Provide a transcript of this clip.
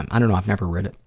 and and and i've never rid it,